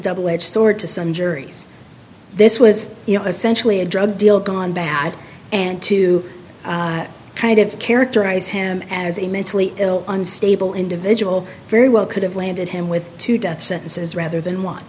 double edged sword to some juries this was essentially a drug deal gone bad and to kind of characterize him as a mentally ill unstable individual very well could have landed him with two death sentences rather than one